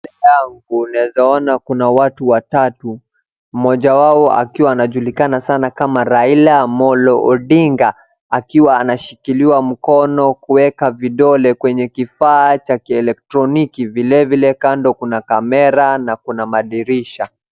Mbele yangu naeza ona kuna watu watatu, mmoja wao akiwa anajulikana sana kama Raila Amolo Odinga, akiwa anashikiliwa mkono kuweka vidole kwenye kifaa cha kielektroniki, vilevile kando kuna kamera na kuna madirisha.